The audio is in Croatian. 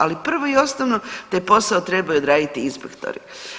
Ali prvo i osnovno taj posao trebaju odraditi inspektori.